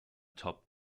top